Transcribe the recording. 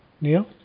Neil